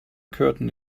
curtain